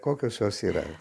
kokios jos yra